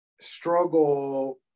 struggle